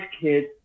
kids